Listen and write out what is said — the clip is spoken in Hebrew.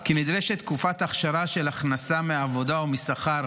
כי נדרשת תקופת אכשרה של הכנסה מעבודה או משכר,